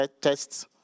tests